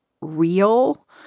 real